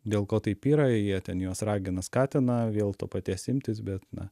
dėl ko taip yra jie ten juos ragina skatina vėl to paties imtis bet na